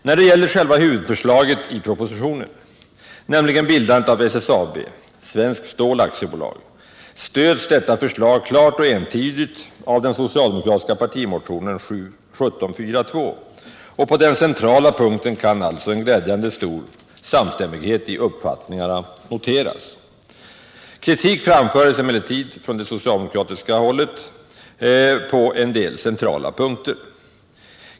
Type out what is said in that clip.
När det gäller själva huvudförslaget i propositionen, nämligen bildandet av SSAB -— Svenskt Stål AB — stöds detta förslag klart och entydigt av den socialdemokratiska partimotionen 1742. På den centrala punkten kan således en glädjande stor samstämmighet i uppfattningarna noteras. Kritik framförs emellertid från socialdemokratiskt håll på en del andra punkter.